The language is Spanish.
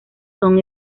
son